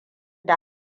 da